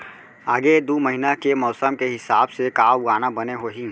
आगे दू महीना के मौसम के हिसाब से का उगाना बने होही?